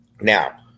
Now